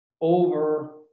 over